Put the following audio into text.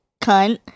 cunt